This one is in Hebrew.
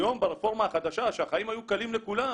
היום, ברפורמה החדשה, שהחיים היו קלים לכולם,